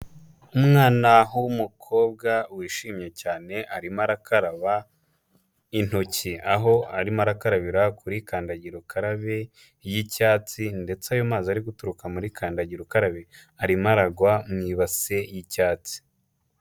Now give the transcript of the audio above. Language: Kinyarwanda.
Umwana w'umukobwa wishimye cyane arimo arakaraba intoki. Aho arimo arakarabira kuri kandagira ukarabe y'icyatsi, ndetse ayo mazi ari guturuka muri kandagira ukarabe arimo aragwa mu ibasi y'icyatsi.